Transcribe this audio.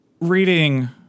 reading